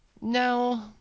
No